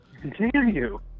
continue